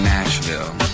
Nashville